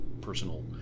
personal